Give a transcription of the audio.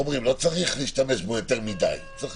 לא צריך להשתמש בו יותר מדי אלא